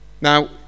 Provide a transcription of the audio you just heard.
Now